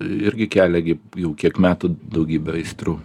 irgi kelia gi jau kiek metų daugybę aistrų